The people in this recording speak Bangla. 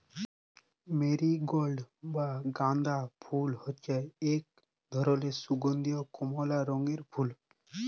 মেরিগল্ড বা গাঁদা ফুল হচ্যে এক ধরলের সুগন্ধীয় কমলা রঙের ফুল